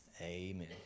Amen